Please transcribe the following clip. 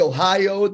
Ohio